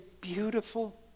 beautiful